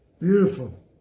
Beautiful